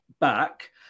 back